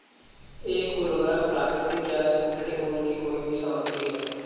एक उर्वरक प्राकृतिक या सिंथेटिक मूल की कोई भी सामग्री है